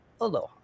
Aloha